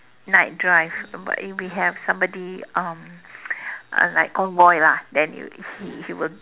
night drive but we have um somebody uh like convoy lah then you he he will